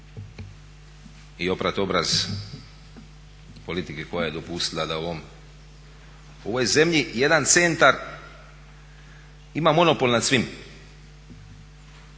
i oprat obraz politike koja je dopustila da u ovoj zemlji jedan centar ima monopol nad svim.